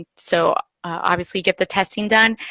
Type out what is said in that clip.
so obviously get the testing done,